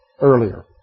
earlier